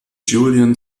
julian